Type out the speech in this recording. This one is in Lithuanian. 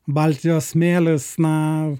baltijos smėlisna